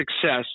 success